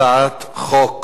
הצעת חוק